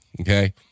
Okay